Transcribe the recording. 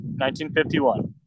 1951